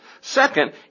Second